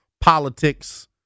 politics